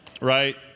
Right